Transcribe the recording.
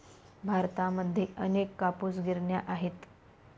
भारतामध्ये अनेक कापूस गिरण्या आहेत